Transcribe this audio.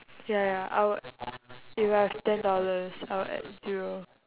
ya ya I would if I have ten dollars I will add zero